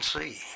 see